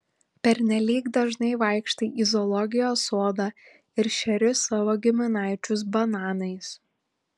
pernelyg dažnai vaikštai į zoologijos sodą ir šeri savo giminaičius bananais